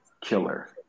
killer